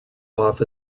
off